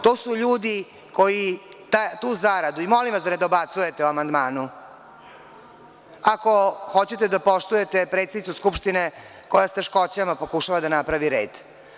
To su ljudi koji tu zaradu, molim vas da ne dobacujete o amandmanu, ako hoćete da poštujete predsednicu skupštine, koja sa teškoćama pokušava da napravi red.